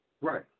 Right